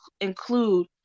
include